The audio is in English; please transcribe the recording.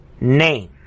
name